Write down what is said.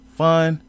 fun